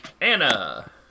anna